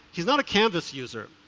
he's not a canvass user,